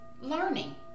learning